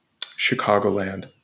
Chicagoland